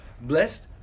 blessed